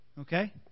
Okay